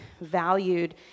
valued